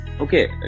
Okay